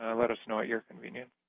ah let us know at your convenience.